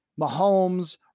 Mahomes